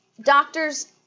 doctors